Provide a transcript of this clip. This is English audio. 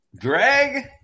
Greg